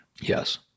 Yes